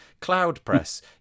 CloudPress